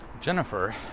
Jennifer